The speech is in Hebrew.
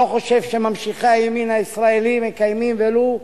אני לא חושב שממשיכי הימין הישראלי מקיימים ולו